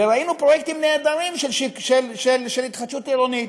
וראינו פרויקטים נהדרים של התחדשות עירונית,